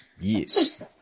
Yes